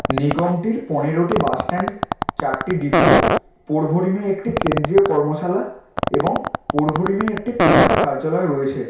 নিগমটির পনেরোটি bus stand চারটি depot পোরভোরিমে একটি কেন্দ্রীয় কর্মশালা এবং পোরভোরিমে একটি প্রধান কার্যালয় রয়েছে